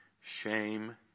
shame